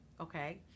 okay